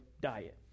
diet